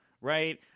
right